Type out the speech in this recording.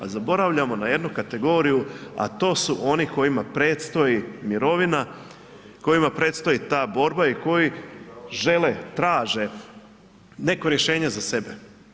A zaboravljamo na jednu kategoriju, a to oni kojima predstoji mirovina, kojima predstoji ta borba i koji žele, traže neko rješenje za sebe.